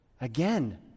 Again